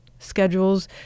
Schedules